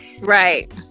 right